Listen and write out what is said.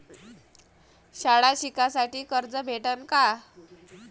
शाळा शिकासाठी कर्ज भेटन का?